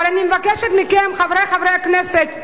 אבל אני מבקשת מכם, חברי חברי הכנסת,